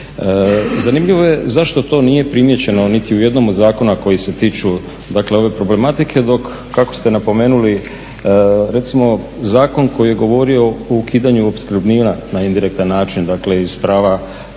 Zanimljivo je zašto to nije primijećeno niti u jednom od zakona koji se tiču ove problematike, dok kako ste napomenuli recimo zakon koji je govorio o ukidanju opskrbnina na indirektan način iz Zakona o pravima